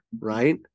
right